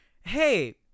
hey